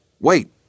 Wait